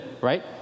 right